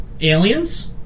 Aliens